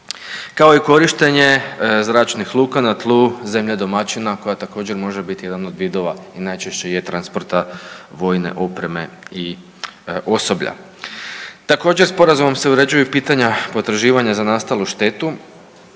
kao i korištenje zračnih luka na tlu zemlje domaćina koja također, može biti jedan od vidova i najčešće je, transporta vojne opreme i osoblja. Također, Sporazumom se uređuju pitanja potraživanja za nastalu štetu